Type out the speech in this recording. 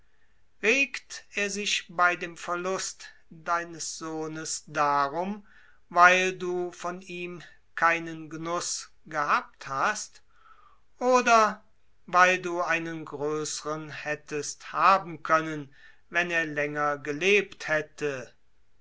regt er sich bei dem verlust deines sohnes darum weil du von ihm keinen genuß gehabt hast oder weil du einen größeren hättest haben können wenn er länger gelebt hätte